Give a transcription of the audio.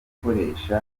gukoresha